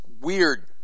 weird